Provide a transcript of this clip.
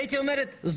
הייתי אומר זוטר,